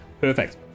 perfect